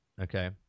okay